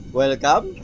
welcome